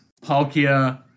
Palkia